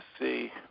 see